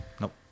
Nope